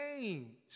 change